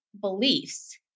beliefs